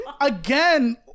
Again